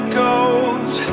gold